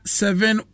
seven